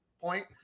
point